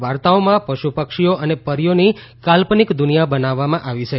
વાર્તાઓમાં પશુ પક્ષીઓ અને પરીઓની કાલ્પનિક દુનિયા બનાવવામાં આવી છે